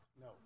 No